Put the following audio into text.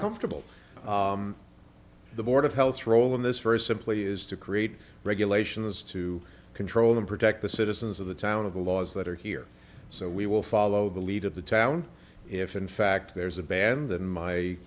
comfortable the board of health role in this very simply is to create regulations to control and protect the citizens of the town of the laws that are here so we will follow the lead of the town if in fact there's a ban that my